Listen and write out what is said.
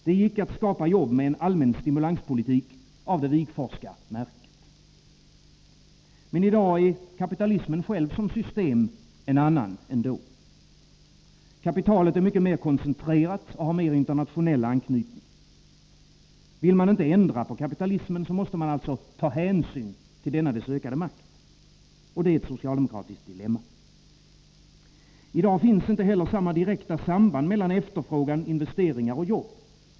Det gick att skapa jobb med en allmän stimulanspolitik av Wigforss märke. Men i dag är kapitalismen själv som system en annan än då. Kapitalet är mycket mer koncentrerat och har mycket mer internationella anknytningar. Vill man inte ändra på kapitalismen, måste man ta hänsyn till denna dess ökade makt. Det är ett socialdemokratiskt dilemma. I dag finns inte samma direkta samband mellan efterfrågan, investeringar och jobb.